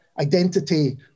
identity